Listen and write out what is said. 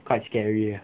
quite scary ah